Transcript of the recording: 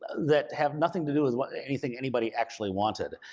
that have nothing to do with anything anybody actually wanted.